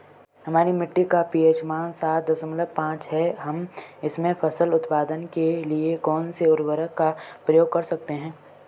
हमारी मिट्टी का पी.एच मान सात दशमलव पांच है हम इसमें फसल उत्पादन के लिए कौन से उर्वरक का प्रयोग कर सकते हैं?